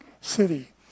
city